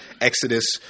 Exodus